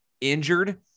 injured